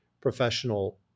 professional